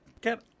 Get